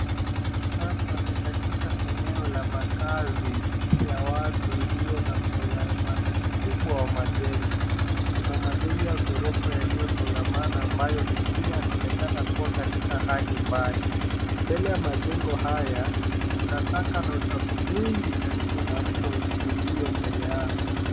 Hapa ni katika eneo la makazi ya watu iliyo na msongamano mkubwa wa majengo. Kuna majengo ya ghorofa yaliyosongamana ambayo mengine yanaonekana kuwa katika hali mbaya. Mbele ya majengo haya, kuna taka na uchafu mwingi karibu na mto ulio mbele yake.